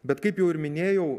bet kaip jau ir minėjau